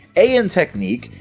a in technique,